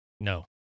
No